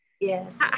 yes